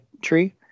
tree